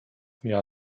miała